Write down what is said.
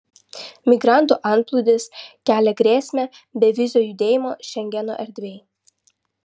migrantų antplūdis kelia grėsmę bevizio judėjimo šengeno erdvei